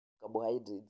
carbohydrates